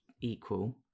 equal